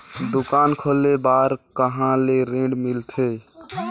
दुकान खोले बार कहा ले ऋण मिलथे?